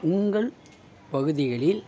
உங்கள் பகுதிகளில்